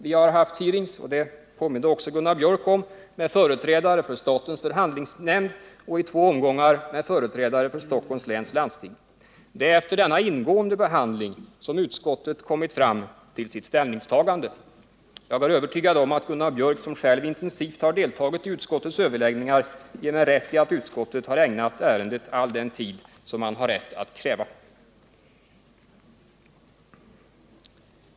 Vi har haft hearings — det påminde också Gunnar Biörck om — med företrädare för statens förhandlingsnämnd och i två omgångar med företrädare för Stockholms läns landsting. Det är efter denna ingående behandling som utskottet kommit fram till sitt ställningstagande. Jag är övertygad om att Gunnar Biörck, som själv intensivt har deltagit i utskottets överläggningar, ger mig rätt i att utskottet har ägnat ärendet all den tid som man har rätt att kräva.